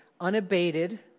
unabated